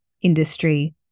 industry